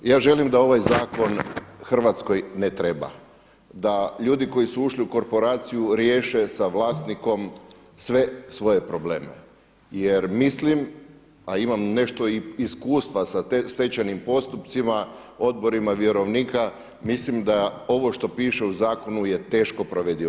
Ja želim da ovaj zakon Hrvatskoj ne treba, da ljudi koji su ušli u korporaciju riješe sa vlasnikom sve svoje probleme jer mislim, a imam nešto iskustva sa stečajnim postupcima, odborima vjerovnika mislim da ovo što piše u zakonu je teško provedivo.